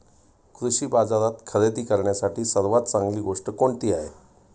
कृषी बाजारात खरेदी करण्यासाठी सर्वात चांगली गोष्ट कोणती आहे?